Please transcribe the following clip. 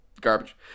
garbage